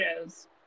shows